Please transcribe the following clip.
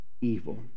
evil